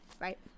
right